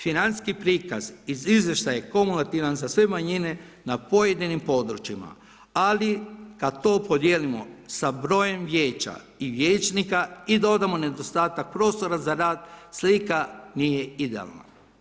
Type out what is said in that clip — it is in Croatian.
Financijski prikaz i izvještaj kumulativan za sve manjine na pojedinim područjima, ali kad to podijelimo sa brojem vijeća i vijećnika i dodamo nedostatak prostora za rad slika nije idealna.